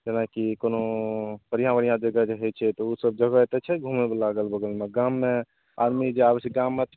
जेनाकि कोनो बढ़िआँ बढ़िआँ जगह जे होइ छै तऽ उसब जगह एतऽ छै घुमयवला अगल बगलमे गाममे आदमी जे आबय छै गामक